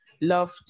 love